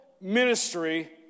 ministry